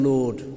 Lord